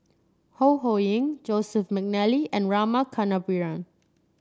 Ho Ho Ying Joseph McNally and Rama Kannabiran